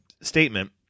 statement